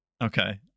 Okay